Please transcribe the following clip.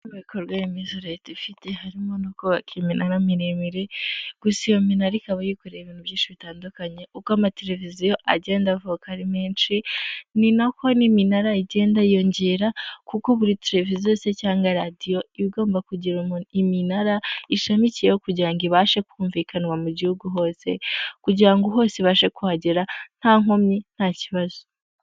Ibikorwa remezo leta ifite harimo no kubaka iminara miremire gusa iyo minara ikaba yikoreye ibintu byinshi bitandukanye, uko amateleviziyo agenda avuka ari menshi ni nako n'iminara igenda yiyongera, kuko buri televiziyo se cyangwa radiyo iba igomba kugira iminara ishamikiyeho kugira ngo ibashe kumvikanwa mu gihugu hose kugira ngo hose ibashe kuhagera nta nkomyi nta kibazo.